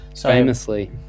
famously